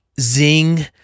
zing